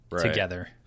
together